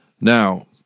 Now